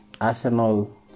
Arsenal